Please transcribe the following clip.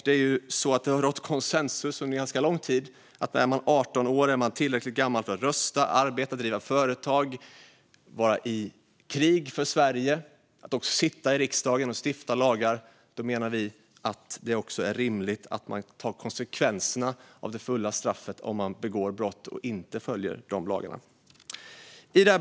Det har rått konsensus under ganska lång tid om att om man är 18 år är man tillräckligt gammal för att rösta, arbeta, driva företag, delta i krig för Sverige och också sitta i riksdagen och stifta lagar. Då menar vi att det också är rimligt att man tar konsekvenserna av det fulla straffet om man begår brott och inte följer lagarna. Fru talman!